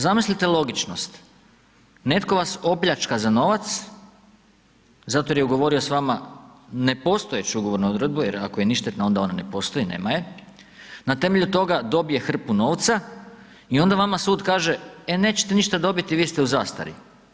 Zamislite logičnost, netko vas opljačka za novac zato jer je ugovorio s vama nepostojeću ugovornu odredbu jer ako je ništetna onda ona ne postoji nema je, na temelju toga dobije hrpu novca i onda vama sud kaže e nećete ništa dobiti vi ste u zastari.